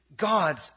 God's